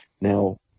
Now